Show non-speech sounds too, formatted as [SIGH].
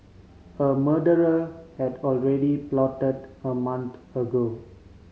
a murder [UNINTELLIGIBLE] had already plotted a month ago